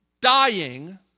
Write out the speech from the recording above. dying